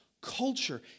culture